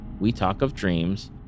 WeTalkOfDreams